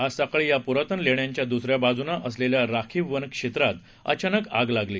आज सकाळी या प्रातन लेण्यांच्या द्सऱ्या बाजूनं असलेल्या राखीव वन क्षेत्रात अचानक आग लागली